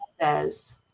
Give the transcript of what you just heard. says